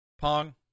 Pong